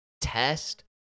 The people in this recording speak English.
test